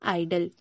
idol